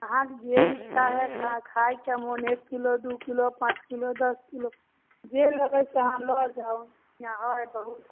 अहाँके जे इच्छा हइ खाइके मोन एक किलो दू किलो पाँच किलो दस किलो जे लेबै से अहाँ लऽ जाउ हिआँ हइ बहुत